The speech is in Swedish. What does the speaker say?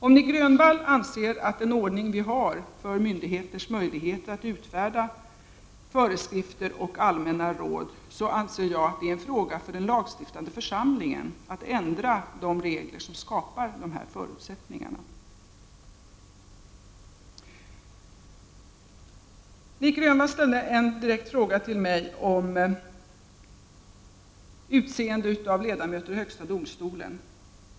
Om Nic Grönvall anser att den ordning vi har för myndigheters möjligheter att utfärda föreskrifter och allmänna råd inte är bra, anser jag att det är en fråga för den lagstiftande församlingen att ändra de regler som skapar dessa förutsättningar. Nic Grönvall ställde en direkt fråga till mig om utseende av ledamöter i högsta domstolen.